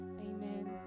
amen